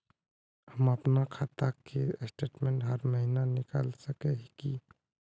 हम अपना खाता के स्टेटमेंट हर महीना निकल सके है की?